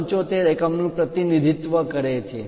375 એકમનું પ્રતિનિધિત્વ કરે છે